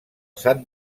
sant